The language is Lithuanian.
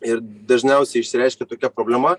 ir dažniausiai išsireiškia tokia problema